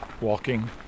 walking